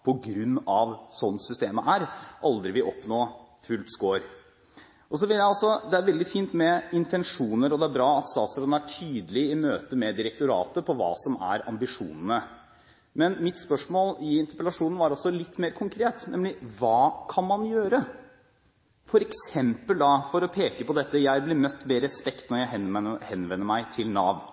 på grunn av at det er slik systemet er – at Nav aldri vil oppnå full score. Det er veldig fint med intensjoner, og det er bra at statsråden er tydelig i møte med direktoratet på hva som er ambisjonene. Men mitt spørsmål i interpellasjonen var litt mer konkret, nemlig: Hva kan man gjøre? For eksempel – for å peke på dette: Jeg blir møtt med respekt når jeg henvender meg til Nav.